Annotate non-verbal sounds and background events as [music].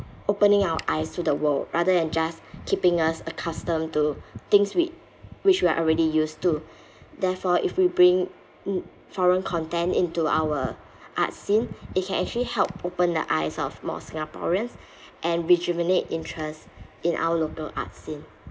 opening our eyes to the world rather than just keeping us accustomed to things with which we are already used to [breath] therefore if we bring in foreign content into our arts scene it can actually help open the eyes of more singaporeans [breath] and rejuvenate interest in our local arts scene